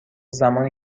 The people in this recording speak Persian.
زمانی